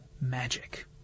magic